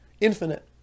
infinite